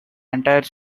entire